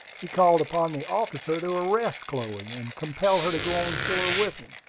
he called upon the officer to arrest chloe, and compel her to go on shore with him.